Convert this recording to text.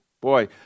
Boy